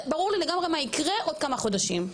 ברור לי לגמרי מה יקרה בעוד כמה חודשים.